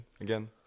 again